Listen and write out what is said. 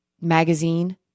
magazine